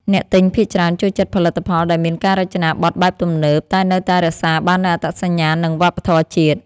អ្នកទិញភាគច្រើនចូលចិត្តផលិតផលដែលមានការរចនាបែបទំនើបតែនៅតែរក្សាបាននូវអត្តសញ្ញាណ និងវប្បធម៌ជាតិ។